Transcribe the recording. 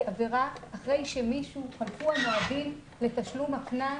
היא עבירה אחרי שחלפו המועדים לתשלום הקנס,